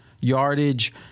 yardage